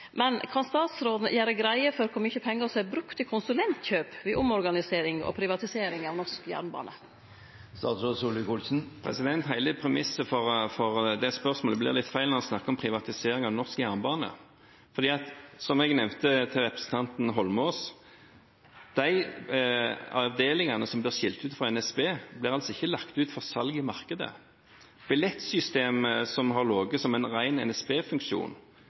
Kan statsråden gjere greie for kor mykje pengar som er brukte til konsulentkjøp ved omorganisering og privatisering av norsk jernbane? Hele premisset for det spørsmålet blir litt feil når en snakker om privatisering av norsk jernbane. Som jeg nevnte til representanten Eidsvoll Holmås, blir ikke de avdelingene som ble skilt ut fra NSB, lagt ut for salg i markedet. Billettsystem som har ligget som en